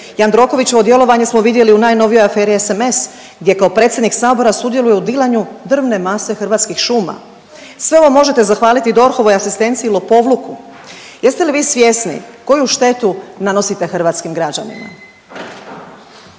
Jandrokovićevo djelovanje smo vidjeli u najnovijoj aferi SMS, gdje kao predsjednik Sabora sudjeluje u dilanju drvne mase Hrvatskih šuma. Sve ovo možete zahvaliti DORH-ovoj asistenciji lopovluku. Jeste li vi svjesni koju štetu nanosite hrvatskim građanima?